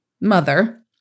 Mother